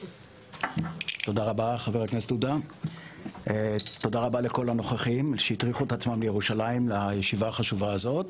תודה רבה לכל הנוכחים שהטריחו את עצמם לירושלים לישיבה החשובה הזאת.